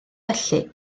felly